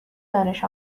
دانش